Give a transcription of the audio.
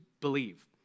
believe